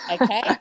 Okay